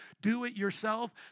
do-it-yourself